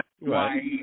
right